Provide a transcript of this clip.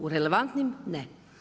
U relevantnim ne.